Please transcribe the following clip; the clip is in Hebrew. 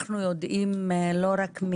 אנחנו יודעים לא רק,